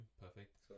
Perfect